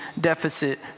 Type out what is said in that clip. deficit